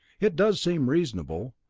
it does seem reasonable.